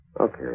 Okay